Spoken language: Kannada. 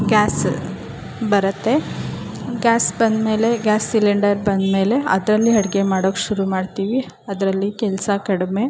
ಗ್ಯಾಸ್ ಬರುತ್ತೆ ಗ್ಯಾಸ್ ಬಂದಮೇಲೆ ಗ್ಯಾಸ್ ಸಿಲಿಂಡರ್ ಬಂದಮೇಲೆ ಅದರಲ್ಲಿ ಅಡ್ಗೆ ಮಾಡೋಕೆ ಶುರು ಮಾಡ್ತೀವಿ ಅದರಲ್ಲಿ ಕೆಲಸ ಕಡಿಮೆ